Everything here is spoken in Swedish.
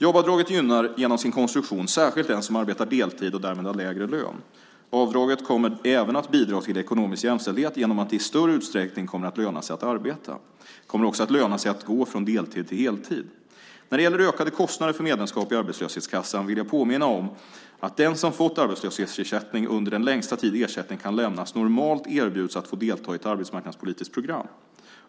Jobbavdraget gynnar genom sin konstruktion särskilt den som arbetar deltid och därmed har lägre lön. Avdraget kommer även att bidra till ekonomisk jämställdhet genom att det i större utsträckning kommer att löna sig att arbeta. Det kommer också att löna sig att gå från deltid till heltid. När det gäller ökade kostnader för medlemskap i arbetslöshetskassan vill jag påminna om att den som fått arbetslöshetsersättning under den längsta tid ersättning kan lämnas normalt erbjuds att få delta i ett arbetsmarknadspolitiskt program.